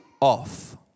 off